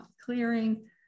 clearing